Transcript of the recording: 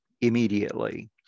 immediately